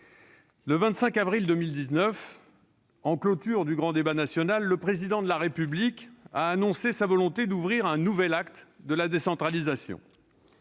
le 25 avril 2019, en clôture du grand débat national, le Président de la République a annoncé sa volonté d'ouvrir un nouvel acte de la décentralisation.